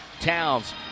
Towns